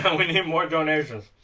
but we need more donations